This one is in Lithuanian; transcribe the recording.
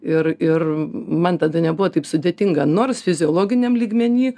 ir ir man tada nebuvo taip sudėtinga nors fiziologiniam lygmeny